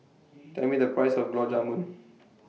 Tell Me The Price of Gulab Jamun